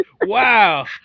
Wow